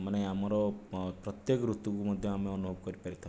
ମାନେ ଆମର ପ୍ରତ୍ୟେକ ଋତୁ କୁ ମଧ୍ୟ ଆମେ ଅନୁଭବ କରିପାରିଥାଉ